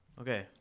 Okay